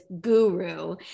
guru